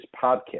podcast